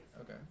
Okay